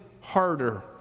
harder